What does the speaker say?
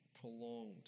prolonged